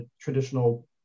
traditional